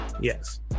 yes